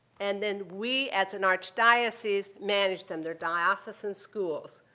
and then we as an archdiocese managed them. they are diocian schools.